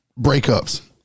Breakups